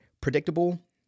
Predictable